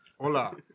Hola